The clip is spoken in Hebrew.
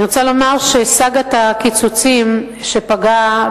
אני רוצה לומר שסאגת הקיצוצים שפגעה